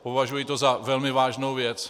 Považuji to za velmi vážnou věc.